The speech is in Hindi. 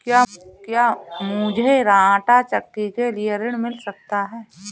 क्या मूझे आंटा चक्की के लिए ऋण मिल सकता है?